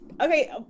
Okay